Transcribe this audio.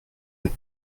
les